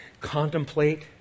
contemplate